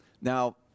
Now